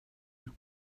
you